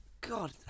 God